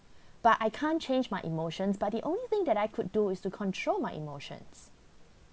but I can't change my emotions but the only thing that I could do is to control my emotions